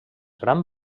gran